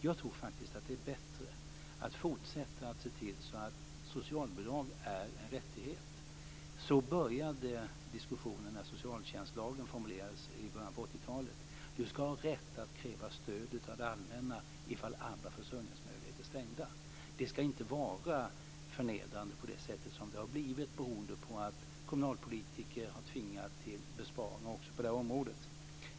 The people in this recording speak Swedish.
Jag tror faktiskt att det är bättre att fortsätta att se till att socialbidrag är en rättighet. Så började diskussionen när socialtjänstlagen formulerades i början på 80-talet. Man ska ha rätt att kräva stöd av det allmänna om andra försörjningsmöjligheter är stängda. Det ska inte vara förnedrande på det sätt det har blivit, beroende på att kommunalpolitiker har tvingats till besparingar också på det här området.